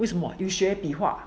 为什么有学比划